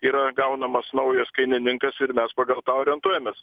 yra gaunamas naujas kainininkas ir mes pagal tą orientuojamės